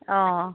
অঁ